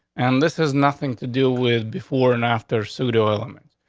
and this has nothing to do with before and after pseudo elements.